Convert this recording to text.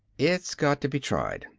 it's got to be tried,